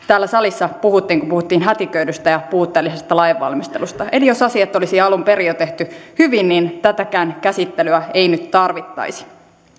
täällä salissa puhuttiin kun puhuttiin hätiköidystä ja puutteellisesta lainvalmistelusta eli jos asiat olisi jo alun perin tehty hyvin niin tätäkään käsittelyä ei nyt tarvittaisi